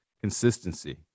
consistency